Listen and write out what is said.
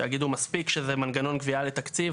שיגידו מספיק שזה מנגנון גבייה לתקציב,